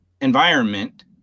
environment